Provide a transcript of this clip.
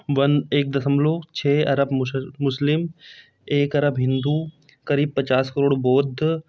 one एक दशमलव छः अरब मुसल मुस्लिम एक अरब हिन्दू क़रीब पचास करोड़ बौद्ध